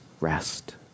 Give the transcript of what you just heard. rest